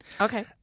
Okay